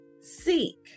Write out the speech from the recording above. Seek